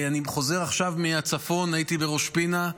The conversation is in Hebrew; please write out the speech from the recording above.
אני חוזר עכשיו מהצפון, הייתי בראש פינה.